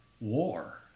war